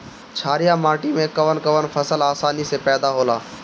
छारिया माटी मे कवन कवन फसल आसानी से पैदा होला?